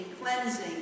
cleansing